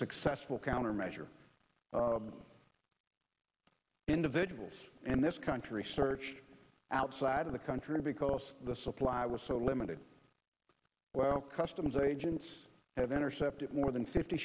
successful counter measure individuals in this country search outside of the country because the supply was so limited well customs agents have intercepted more than fifty